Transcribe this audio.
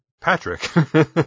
Patrick